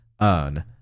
earn